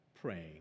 praying